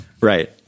Right